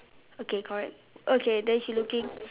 okay correct okay then she looking